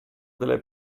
delle